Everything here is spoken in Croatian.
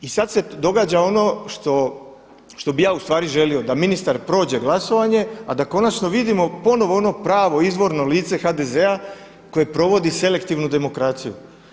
I sada se događa ono što bi ja ustvari želio, da ministar prođe glasovanje, a da konačno vidimo ponovo ono pravo izvorno lice HDZ-a koje provodi selektivnu demokraciju.